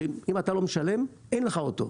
שאם אתה לא משלם אין לך אותו,